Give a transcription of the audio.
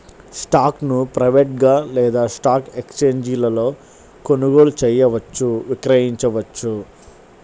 స్టాక్ను ప్రైవేట్గా లేదా స్టాక్ ఎక్స్ఛేంజీలలో కొనుగోలు చేయవచ్చు, విక్రయించవచ్చు